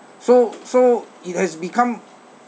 so so it has become